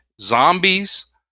zombies